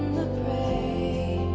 prey